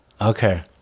Okay